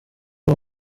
uwo